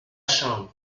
chambre